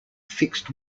fixed